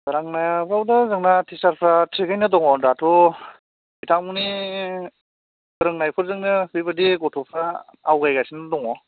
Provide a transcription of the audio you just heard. फोरोंनायावबोथ' जोंना थिसार्सफ्रा थिगैनो दङ दाथ' बिथांमोननि फोरोंनायफोरजोंनो बेबायदि गथ'फ्रा आवगायगासिनो दङ